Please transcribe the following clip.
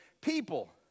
people